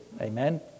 Amen